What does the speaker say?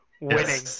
Winning